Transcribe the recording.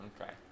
Okay